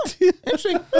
Interesting